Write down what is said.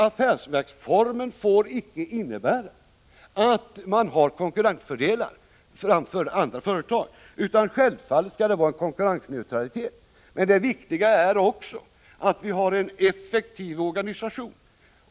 Affärsverksformen får icke innebära att man har konkurrensfördelar framför andra företag, utan det skall självfallet vara konkurrensneutralitet. Det är också viktigt att vi har en effektiv organisation.